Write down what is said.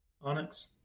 Onyx